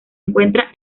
encuentra